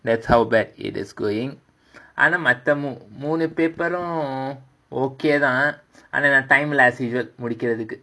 that's how bad it is going ஆனா மத்த மூணு:aanaa matha moonu paper um okay தான் ஆனா:thaan aanaa time loss